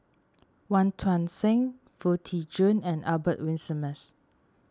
Wong Tuang Seng Foo Tee Jun and Albert Winsemius